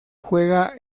juega